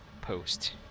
post